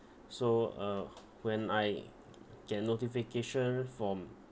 so uh when I get notification from